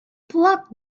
pluck